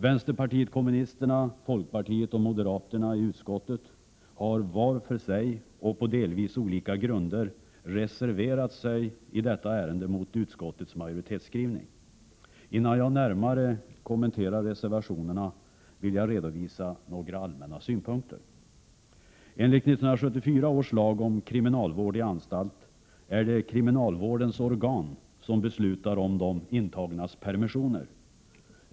Vänsterpartiet kommunisterna, folkpartiet och moderaterna i utskottet har var för sig och på delvis olika grunder reserverat sig i detta ärende mot utskottets majoritetsskrivning. Innan jag närmare kommenterar reservationerna vill jag redovisa några allmänna synpunkter. Enligt 1974 års lag om kriminalvård i anstalt är det kriminalvårdens organ som beslutar om de intagnas permissioner.